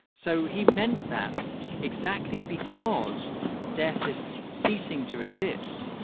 so he meant that exactly because death is ceasing to exist.